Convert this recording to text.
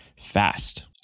fast